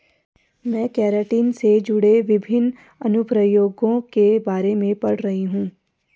मैं केराटिन से जुड़े विभिन्न अनुप्रयोगों के बारे में पढ़ रही हूं